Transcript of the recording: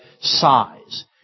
size